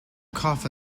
cough